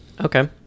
Okay